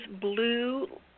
blue